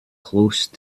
close